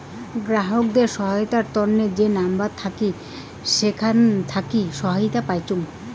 গ্রাহকদের সহায়তার তন্ন যে নাম্বার থাকি সেখান থাকি সহায়তা পাইচুঙ